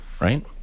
right